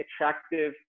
attractive